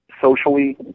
socially